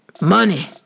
money